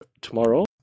tomorrow